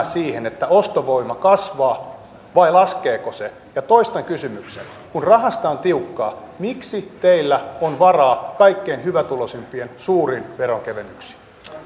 siihen että ostovoima kasvaa vai laskeeko se ja toistan kysymyksen kun rahasta on tiukkaa miksi teillä on varaa kaikkein hyvätuloisimpien suuriin veronkevennyksiin